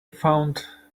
found